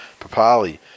Papali